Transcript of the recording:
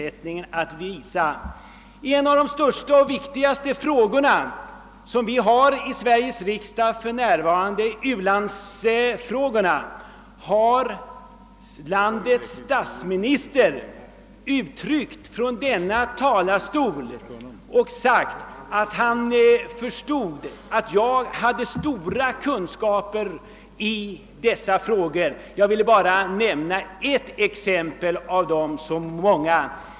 Beträffande mina kunskaper vill jag endast hänvisa till en av de största och viktigaste frågor som vi för närvarande har att behandla i Sveriges riksdag — u-landsfrågan. Landets statsminister har från denna talarstol sagt att jag på detta område har betydande kunskaper. Jag ville bara nämna ett exempel av många.